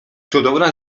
cudowna